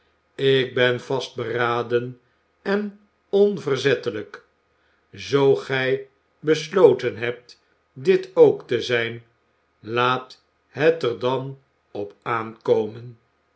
ik ben vastberaden en onverzettelijk zoo gij besloten hebt dit ook té zijn laat het er dan op